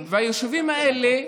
היישובים האלה,